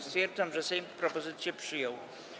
Stwierdzam, że Sejm propozycję przyjął.